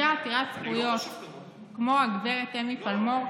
אישה עתירת זכויות כמו הגב' אמי פלמור,